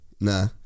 nah